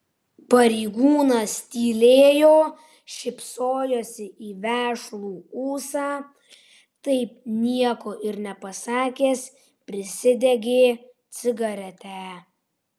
pareigūnas tylėjo šypsojosi į vešlų ūsą taip nieko ir nepasakęs prisidegė cigaretę